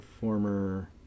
former